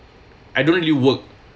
I don't really work